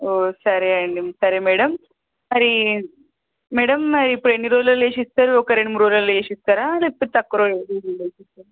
ఓ సరే అండి సరే మేడం మరి మేడం మరి ఇప్పుడు ఎన్ని రోజులల్లో చేసి ఇస్తారు ఒక్క రెండు మూడు రోజులల్లో చేసి ఇస్తారా లేకపోతే తక్కువ రోజుల్లో చేసి ఇస్తారా